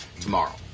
tomorrow